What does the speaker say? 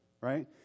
right